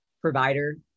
provider